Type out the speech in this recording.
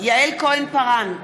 יעל כהן-פארן,